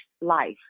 life